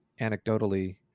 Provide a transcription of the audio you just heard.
anecdotally